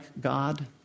God